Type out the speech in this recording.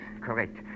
correct